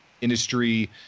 industry